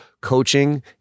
coaching